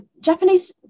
Japanese